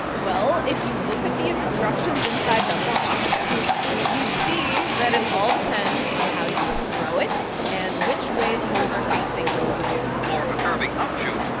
well, if you look at the instructions inside the box. ok you'd see that it all depends on how you throw it and which way the holes are facing when you do for a curving upshoot,